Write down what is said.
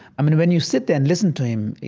i mean, when you sit there and listen to him,